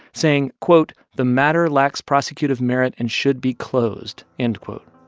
saying, quote, the matter lacks prosecutive merit and should be closed, end quote.